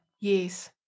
Yes